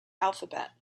alphabet